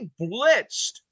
blitzed